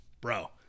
bro